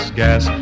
gas